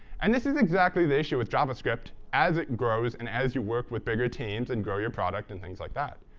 and this is exactly the issue with javascript as it grows and as you work with bigger teams and grow your product and things like that.